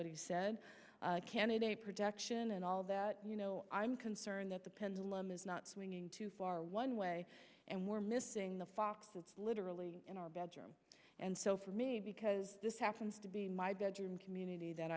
what he said candidate protection and all that you know i'm concerned that the pendulum is not swinging too far one way and we're missing the fox it's literally in our bedroom and so for me because this happens to be my bedroom community that